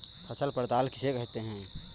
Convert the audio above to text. फसल पड़ताल किसे कहते हैं?